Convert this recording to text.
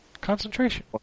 Concentration